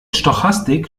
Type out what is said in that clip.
stochastik